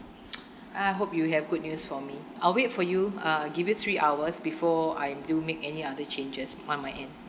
I hope you have good news for me I'll wait for you uh give you three hours before I do make any other changes on my end